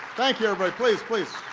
thank you, everybody. please, please,